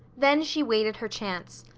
then she waited her chance.